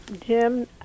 Jim